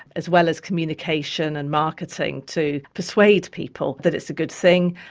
as well as communication and marketing, to persuade people that it's a good thing,